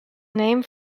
name